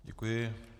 Děkuji.